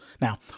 Now